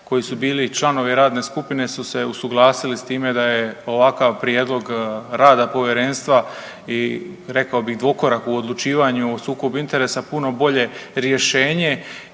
koji su bili članovi radne skupine su se usuglasili s time da je ovakav prijedlog rada Povjerenstva i rekao bih, dvokorak u odlučivanju o sukobu interesa puno bolje rješenje